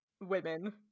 women